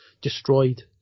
destroyed